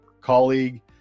colleague